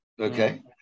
Okay